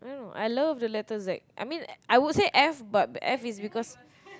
I don't know I love the letter Z I mean I would say F but F is because